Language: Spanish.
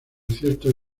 ciertos